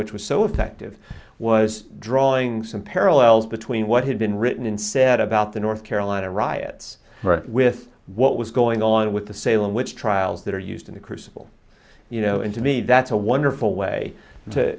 which was so effective was drawing some parallels between what had been written and said about the north carolina riots with what was going on with the salem witch trials that are used in the crucible you know and to me that's a wonderful way to